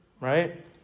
Right